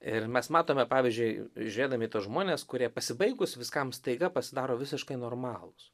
ir mes matome pavyzdžiui žiūrėdami į tuos žmones kurie pasibaigus viskam staiga pasidaro visiškai normalūs